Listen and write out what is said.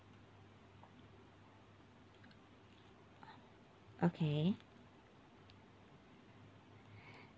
okay